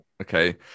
okay